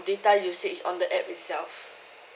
data usage on the app itself